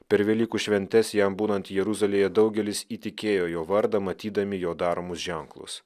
per velykų šventes jam būnant jeruzalėje daugelis įtikėjo jo vardą matydami jo daromus ženklus